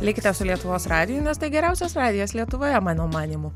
likite su lietuvos radiju nes tai geriausias radijas lietuvoje mano manymu